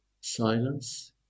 silence